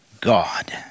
God